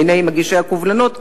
בעיני מגישי הקובלנות,